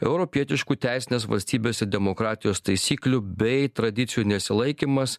europietiškų teisinės valstybės ir demokratijos taisyklių bei tradicijų nesilaikymas